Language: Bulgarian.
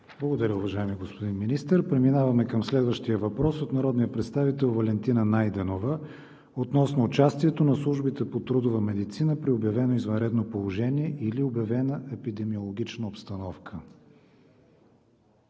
Благодаря, уважаеми господин Министър. Преминаваме към следващия въпрос от народния представител Валентина Найденова относно участието на службите по трудова медицина при обявено извънредно положение или обявена епидемиологична обстановка